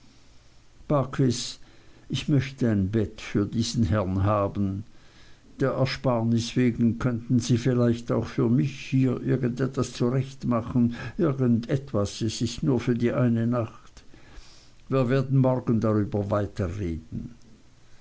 ich möchte ein bett für diesen herrn haben der ersparnis wegen könnten sie vielleicht auch für mich hier irgend etwas zurechtmachen irgend etwas es ist nur für die eine nacht wir werden morgen